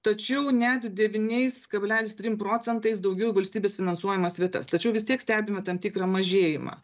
tačiau net devyniais kablelis trim procentais daugiau valstybės finansuojamas vietas tačiau vis tiek stebime tam tikrą mažėjimą